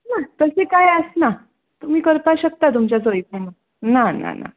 ना तशें कांय आसना तुमी करपाक शकतात तुमचे सोयेतीन ना ना ना